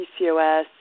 PCOS